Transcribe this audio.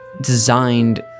designed